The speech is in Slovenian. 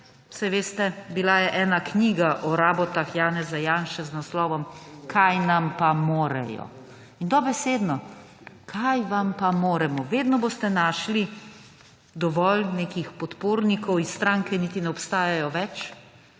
saj veste, bila je ena knjiga o rabotah Janeza Janše z naslovom Kaj nam pa morejo, in dobesedno − kaj vam pa moremo? Vedno boste našli dovolj nekih podpornikov iz strank, ki niti ne obstajajo več,